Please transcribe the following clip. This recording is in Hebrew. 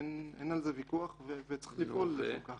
אין על זה ויכוח וצריך לפעול לשם כך.